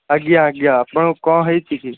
ଆଜ୍ଞା ଆଜ୍ଞା ଆପଣଙ୍କ କ'ଣ ହୋଇଛି କି